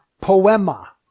poema